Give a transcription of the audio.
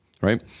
right